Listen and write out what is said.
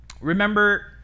remember